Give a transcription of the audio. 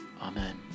Amen